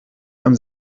einem